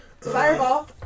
Fireball